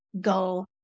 go